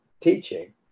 teaching